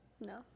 No